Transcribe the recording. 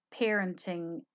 parenting